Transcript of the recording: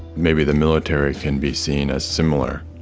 maybe the military can be seen as similar.